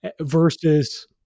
versus